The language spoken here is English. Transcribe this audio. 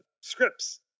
scripts